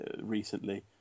recently